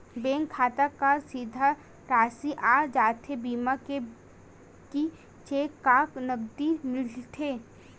Bank खाता मा सीधा राशि आ जाथे बीमा के कि चेक या नकदी मिलथे?